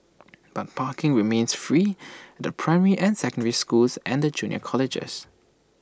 but parking remains free at the primary and secondary schools and the junior colleges